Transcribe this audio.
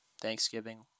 Thanksgiving